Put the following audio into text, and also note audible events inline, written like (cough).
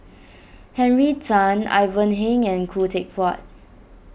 Henry Tan Ivan Heng and Khoo (noise) Teck Puat